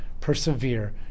Persevere